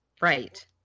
right